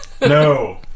No